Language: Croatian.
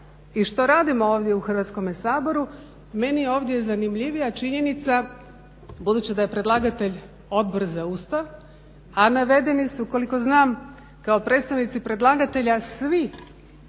i što radimo ovdje u Hrvatskome saboru. Meni je ovdje zanimljivija činjenica budući da je predlagatelj Odbor za Ustav a navedeni su koliko znam kao predstavnici predlagatelja svi članovi